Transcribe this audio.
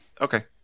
Okay